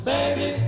Baby